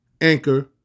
Anchor